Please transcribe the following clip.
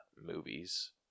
movies